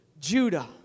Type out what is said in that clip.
Judah